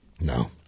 No